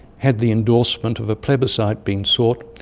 had the endorsement of a plebiscite been sought,